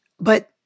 But-